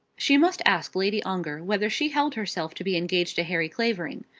she must ask lady ongar whether she held herself to be engaged to harry clavering.